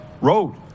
road